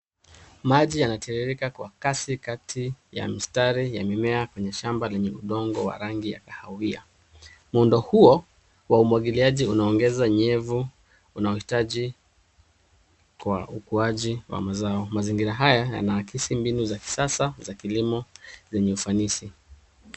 Maji yanatiririka kwa kasi kati ya mistari ya mimea kwenye shamba lenye udongo wa rangi ya kahawia. Muundo huo wa umwagiliaji unaongeza nyevu unaohitaji kwa ukuaji wa mazao. Mazingira haya, yanaakisi mbinu za kisasa, za kilimo zenye ufanisi.